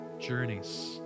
journeys